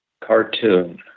cartoon